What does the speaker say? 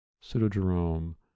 Pseudo-Jerome